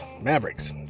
Mavericks